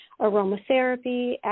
aromatherapy